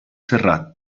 serrat